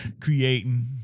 creating